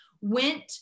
went